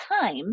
time